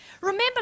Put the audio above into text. Remember